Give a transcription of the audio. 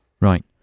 Right